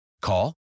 Call